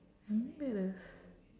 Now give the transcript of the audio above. embarrass